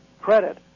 credit